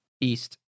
East